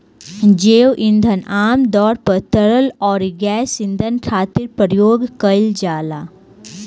जैव ईंधन आमतौर पर तरल अउरी गैस ईंधन खातिर प्रयोग कईल जाला